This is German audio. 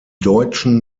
deutschen